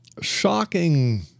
shocking